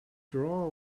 drawer